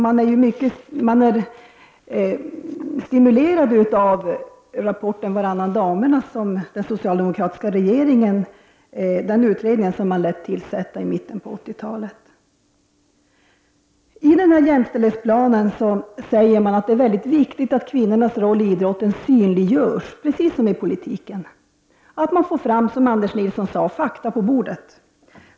Man är stimulerad av utredningen ”Varannan damernas” som den socialdemokratiska regeringen lät tillsätta i mitten av 80-talet. I jämställdhetsplanen säger man att det är väldigt viktigt att kvinnornas rolli idrotten synliggörs, precis som i politiken, och att man får fram fakta på bordet, som Anders Nilsson sade.